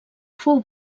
fou